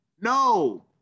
no